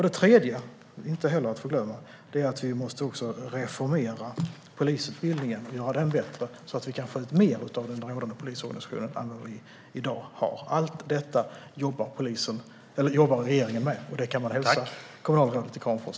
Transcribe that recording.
Det tredje är inte att förglömma: Vi måste reformera polisutbildningen och göra den bättre så att vi kan få ut mer av den rådande polisorganisationen än vi får i dag. Allt detta jobbar regeringen med, och det tycker jag att man kan hälsa kommunalrådet i Kramfors.